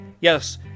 yes